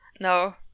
No